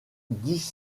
dix